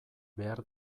behar